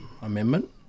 amendment